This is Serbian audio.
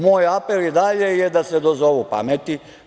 Moj apel i dalje je da se dozovu pameti.